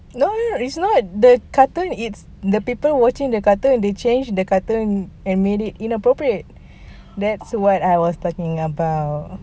no no no it's not the cartoon it's the people watching the cartoon they changed the cartoon and made it inappropriate that's what I was talking about